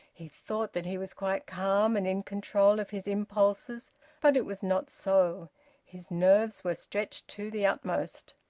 he thought that he was quite calm and in control of his impulses but it was not so his nerves were stretched to the utmost.